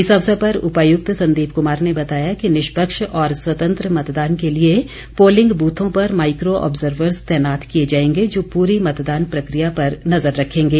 इस अवसर पर उपायुक्त संदीप कुमार ने बताया कि निष्पक्ष और स्वतंत्र मतदान के लिए पोलिंग ब्रथों पर माइक्रो ऑब्जर्वर्स तैनात किए जाएंगे जो पूरी मतदान प्रक्रिया पर नज़र रखेंगे